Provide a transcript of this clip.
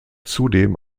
zudem